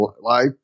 life